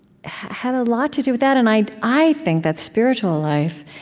had a lot to do with that, and i i think that spiritual life,